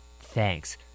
Thanks